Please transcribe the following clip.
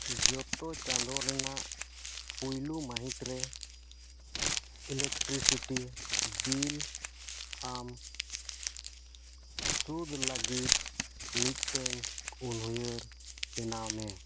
ᱡᱚᱛᱚ ᱪᱟᱸᱫᱳ ᱨᱮᱱᱟᱜ ᱯᱳᱭᱞᱳ ᱢᱟᱹᱦᱤᱛᱨᱮ ᱤᱞᱮᱠᱴᱨᱤᱥᱤᱴᱤ ᱵᱤᱞ ᱟᱢ ᱥᱩᱫᱷ ᱞᱟᱹᱜᱤᱫ ᱢᱤᱫᱴᱟᱝ ᱩᱱᱩᱭᱦᱟᱹᱨ ᱵᱮᱱᱟᱣᱢᱮ